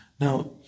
Now